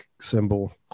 symbol